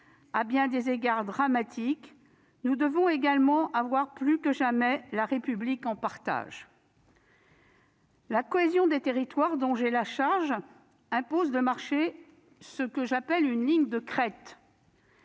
à bien des égards dramatiques, nous devons également avoir plus que jamais la République en partage. La cohésion des territoires dont je suis chargée impose de marcher sur une « ligne de crête